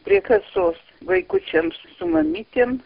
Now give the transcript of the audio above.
prie kasos vaikučiams su mamytėm